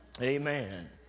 Amen